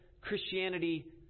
Christianity